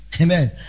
Amen